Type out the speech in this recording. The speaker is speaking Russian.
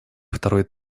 второй